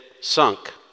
sunk